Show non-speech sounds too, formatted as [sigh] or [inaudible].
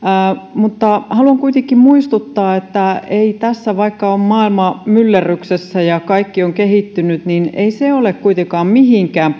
mutta haluan kuitenkin muistuttaa että vaikka on maailma myllerryksessä ja kaikki on kehittynyt niin ei se ole kuitenkaan mihinkään [unintelligible]